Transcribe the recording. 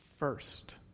First